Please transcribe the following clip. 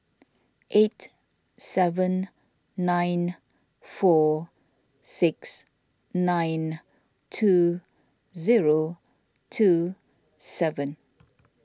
eight seven nine four six nine two zero two seven